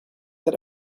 that